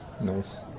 Nice